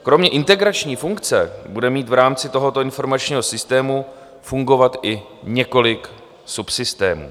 Kromě integrační funkce bude v rámci tohoto informačního systému fungovat i několik subsystémů.